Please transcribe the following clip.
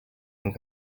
and